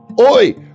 Oi